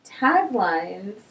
taglines